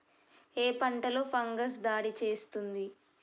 ఏ పంటలో ఫంగస్ దాడి చేస్తుంది?